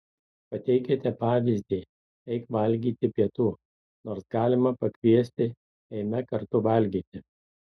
pateikiate pavyzdį eik valgyti pietų nors galima pakviesti eime kartu valgyti